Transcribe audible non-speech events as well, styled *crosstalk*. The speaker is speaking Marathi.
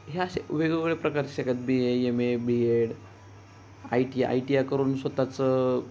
हे असे वेगवेगळे प्रकारचे *unintelligible* बी A M A B Ed आयटीया आयटीया करून स्वतःचं